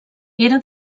era